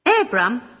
Abram